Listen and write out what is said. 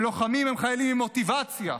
לוחמים הם חיילים עם מוטיבציה,